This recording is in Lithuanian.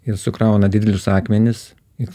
ir sukrauna didelius akmenis i studentų klausia